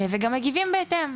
רואים את זה וגם מגיבים בהתאם.